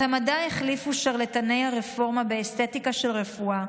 את המדע החליפו שרלטני הרפורמה באסתטיקה של רפואה.